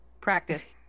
Practice